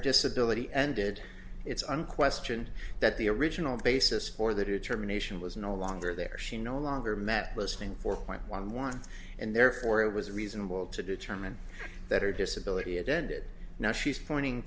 disability ended it's unquestioned that the original basis for the determination was no longer there she no longer met listing for point one one and therefore it was reasonable to determine that her disability had ended now she's pointing